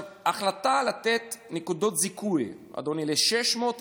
ההחלטה לתת נקודות זיכוי ל-600,000